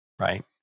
Right